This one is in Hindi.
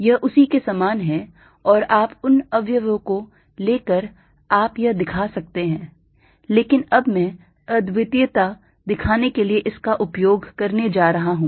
यह उसी के समान है और आप उन अवयवों को ले कर आप यह दिखा सकते हैं लेकिन अब मैं अद्वितीयता दिखाने के लिए इसका उपयोग करने जा रहा हूं